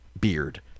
beard